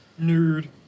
Nerd